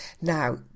Now